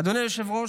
אדוני היושב-ראש,